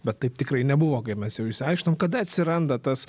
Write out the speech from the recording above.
bet taip tikrai nebuvo kaip mes jau išsiaiškinom kada atsiranda tas